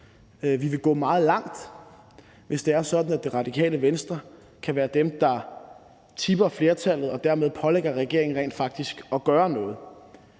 Vi vil gå meget langt, hvis det er sådan, at Radikale Venstre kan være dem, der tipper flertallet og dermed pålægger regeringen rent faktisk at gøre noget,